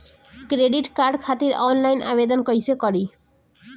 Credit card खातिर online आवेदन कइसे करि?